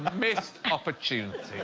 missed opportunity. he